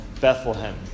Bethlehem